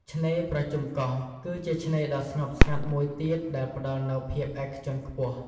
ឆ្នេរប្រជុំកោះ គឺជាឆ្នេរដ៏ស្ងប់ស្ងាត់មួយទៀតដែលផ្តល់នូវភាពឯកជនខ្ពស់។